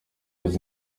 uzi